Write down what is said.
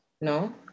no